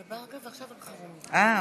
אוקיי.